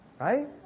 Right